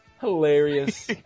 Hilarious